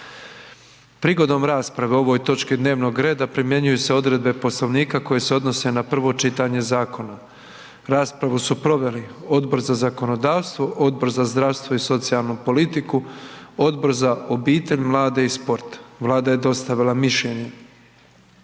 Prigodom rasprave o ovoj točki dnevnog reda primjenjuju se odredbe Poslovnika koje se odnose na prvo čitanje zakona. Raspravu su proveli Odbor za zakonodavstvo, Odbor za zdravstvo i socijalnu politiku, Odbor za obitelj, mlade i sport. Vlada je dostavila mišljenje.